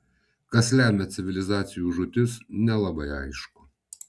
kas lemia civilizacijų žūtis nelabai aišku